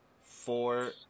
four